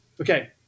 Okay